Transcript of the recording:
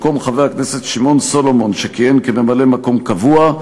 במקום חבר הכנסת שמעון סולומון שכיהן כממלא-מקום קבוע,